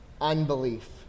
unbelief